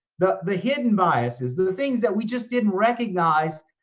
the the hidden biases, the things that we just didn't recognize,